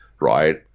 right